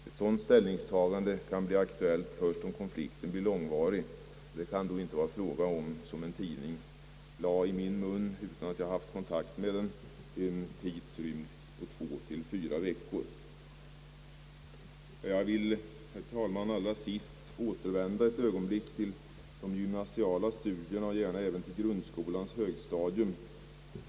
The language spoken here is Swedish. Ett sådant ställningstagande blir aktuellt först om konflikten blir långvarig, och då är det inte fråga om en tidrymd av två—fyra veckor som en tidning utan att jag haft kontakt med den påstått att jag har sagt. Herr talman! Jag vill allra sist återvända ett ögonblick till de gymnasiala studierna och gärna även till grundskolans högstadium.